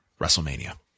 wrestlemania